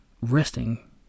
resting